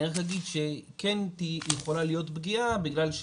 אני רק אגיד שכן יכולה להיות פגיעה בכלל,